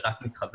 זה רק מתחזק.